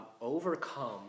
overcome